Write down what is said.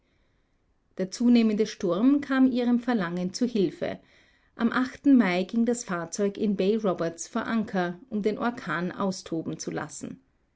der zunehmende sturm kam ihrem verlangen zu hilfe am mai ging das fahrzeug in bay roberts vor anker um den orkan austoben zu lassen